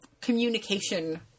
communication